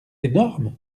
énorme